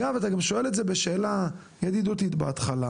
אתה גם שואל את זה בשאלה ידידותית בהתחלה,